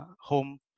home